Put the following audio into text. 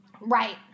Right